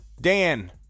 Dan